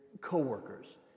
co-workers